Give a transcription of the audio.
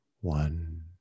One